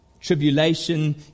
Tribulation